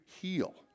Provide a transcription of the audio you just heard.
heal